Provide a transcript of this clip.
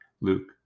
Luke